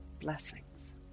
blessings